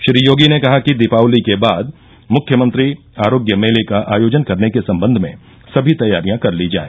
श्री योगी ने कहा कि दीपावली के बाद मुख्यमंत्री आरोग्य मेले का आयोजन करने के सम्बन्ध में सभी तैयारियां कर ली जाए